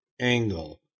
angle